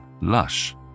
lush